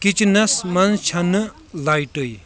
کِچنَس منز چھنہٕ لایٹٟے